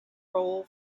role